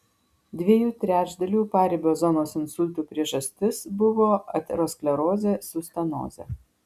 dviejų trečdalių paribio zonos insultų priežastis buvo aterosklerozė su stenoze